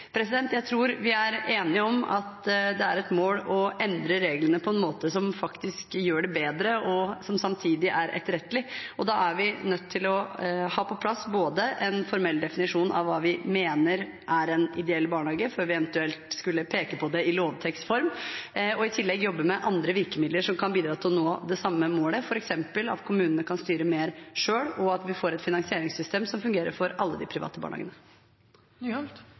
Jeg tror vi er enige om at det er et mål å endre reglene på en måte som faktisk gjør det bedre, og som samtidig er etterrettelig. Da er vi nødt til å ha på plass både en formell definisjon av hva vi mener er en ideell barnehage før vi eventuelt skulle peke på det i lovteksts form, og i tillegg jobbe med andre virkemidler som kan bidra til å nå det samme målet, f.eks. at kommunene kan styre mer selv, og at vi får et finansieringssystem som fungerer for alle de private barnehagene.